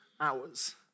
hours